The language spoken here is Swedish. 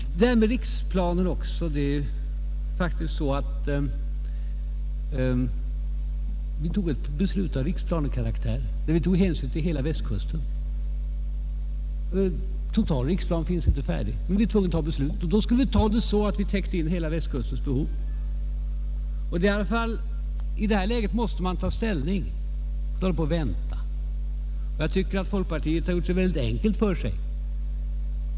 När det gäller riksplanen var det faktiskt så att vi fattade ett beslut av riksplanekaraktär, där vi tog hänsyn till hela Västkusten. En total riksplan finns inte, men vi var tvungna att ta ett beslut, och då fick vi täcka in hela Västkustens behov. I det här läget måste man ta ställning och inte vänta. Jag tycker folkpartiet gjorde det enkelt för sig.